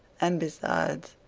and besides,